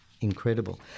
incredible